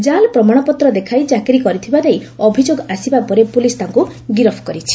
ଜାଲ୍ ପ୍ରମାଶପତ୍ର ଦେଖାଇ ଚାକିରି କରିଥିବା ନେଇ ଅଭିଯୋଗ ରହବା ପରେ ପୁଲିସ୍ ତାଙ୍କୁ ଗିରଫ କରିଛି